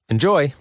Enjoy